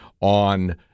on